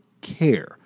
care